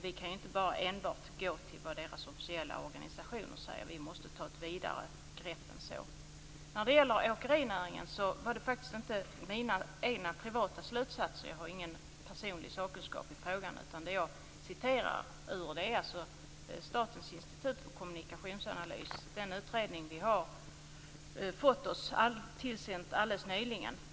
Vi kan inte enbart gå på vad näringens officiella organisationer säger. Vi måste ta ett vidare grepp än så. När det gäller åkerinäringen var det faktiskt inte mina egna privata slutsatser. Jag har ingen personlig sakkunskap i frågan. Det jag citerade ur är en utredning från Statens institut för kommunikationsanalys, som vi har fått oss tillsänd alldeles nyligen.